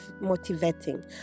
motivating